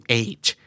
age